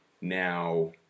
Now